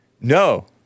No